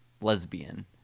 lesbian